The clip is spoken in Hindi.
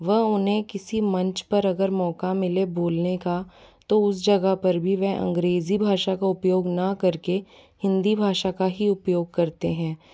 वह उन्हें किसी मंच पर अगर मौका मिले बोलने का तो उस जगह पर भी वह अंग्रेज़ी भाषा का उपयोग ना करके हिंदी भाषा का ही उपयोग करते हैं